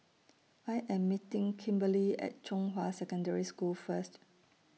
I Am meeting Kimberli At Zhonghua Secondary School First